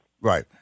Right